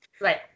Right